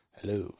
Hello